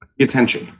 Attention